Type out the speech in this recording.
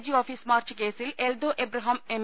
G office march കേസിൽ Eldho Abraham M